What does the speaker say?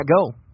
Go